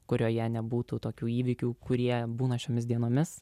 kurioje nebūtų tokių įvykių kurie būna šiomis dienomis